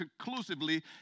conclusively